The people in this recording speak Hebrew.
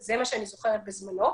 זה מה שאני זוכרת שהיה בזמנו.